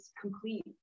complete